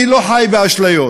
אני לא חי באשליות,